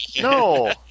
no